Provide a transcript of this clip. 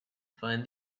find